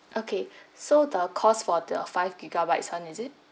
okay so the cost for the five gigabytes [one] is it